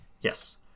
Yes